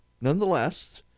Nonetheless